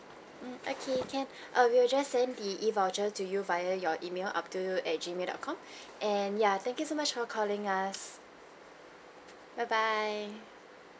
mm okay can err we'll just send the e voucher to you via your email abdul at gmail dot com and ya thank you so much for calling us bye bye